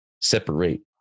separate